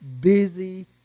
busy